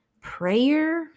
prayer